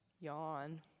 yawn